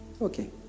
Okay